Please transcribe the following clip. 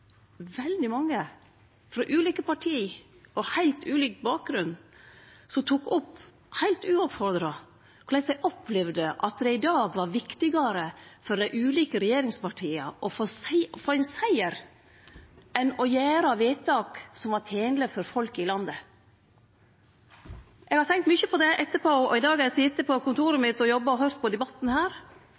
veldig mange, frå ulike parti og heilt ulik bakgrunn, som heilt uoppmoda tok opp korleis dei opplevde at det i dag var viktigare for dei ulike regjeringspartia å få ein siger enn å gjere vedtak som var tenlege for folk i landet. Eg har tenkt mykje på det etterpå, og i dag har eg sete på kontoret mitt og jobba og høyrt på denne debatten.